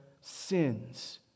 sins